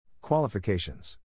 Qualifications